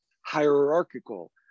hierarchical